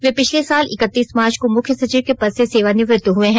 वे इसी साल इकतीस मार्च को मुख्य सचिव के पद से सेवानिवृत्त हुए हैं